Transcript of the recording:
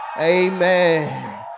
amen